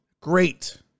great